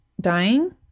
dying